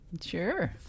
Sure